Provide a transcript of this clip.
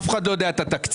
אף אחד לא יודע את התקציב,